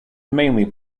mainly